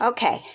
Okay